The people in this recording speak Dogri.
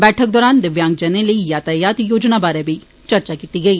बैठक दौरान दिव्यांगजनें लेई यातायात योजना बारै बी चर्चा कीती गेई